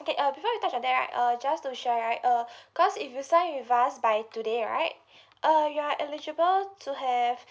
okay uh before we touch on that right err just to share right uh cause if you sign with us by today right uh you are eligible to have